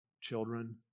children